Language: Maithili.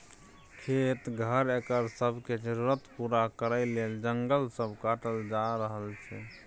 खेत, घर, एकर सब के जरूरत पूरा करइ लेल जंगल सब काटल जा रहल छै